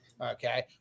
Okay